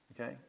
okay